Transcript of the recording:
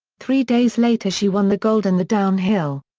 three days later she won the gold in the downhill.